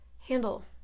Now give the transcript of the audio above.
handle